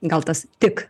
gal tas tik